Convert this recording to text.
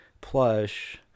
plush